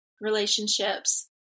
relationships